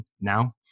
Now